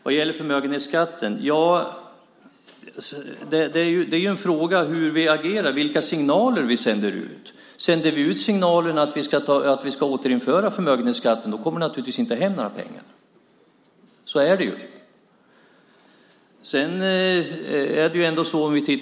Vad gäller förmögenhetsskatten är det fråga om vilka signaler vi sänder ut. Sänder vi ut signalen att vi ska återinföra förmögenhetsskatten kommer det naturligtvis inte hem några pengar. Så är det.